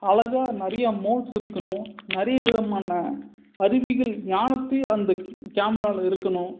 அழகாக நிறைய மோட்ஸ் இருக்கணும் நிறைய விதமான அறிவுகள் ஞானத்தை அந்த கேமராவில் இருக்கணும்